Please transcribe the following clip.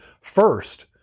first